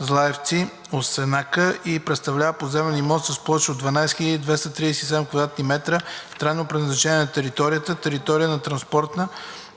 „Злиевци – Осенака“ и представлява поземлен имот с площ от 12 237 квадратни метра, с трайно предназначение на територията: територия на транспорта